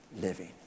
living